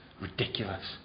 ridiculous